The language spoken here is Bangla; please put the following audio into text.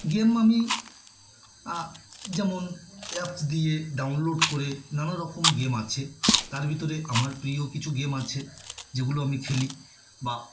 গেম আমি যেমন অ্যাপস দিয়ে ডাউনলোড করে নানা রকম গেম আছে তার ভিতরে আমার প্রিয় কিছু গেম আছে যেগুলো আমি খেলি বা